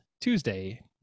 Tuesday